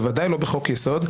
ודאי לא בחוק יסוד,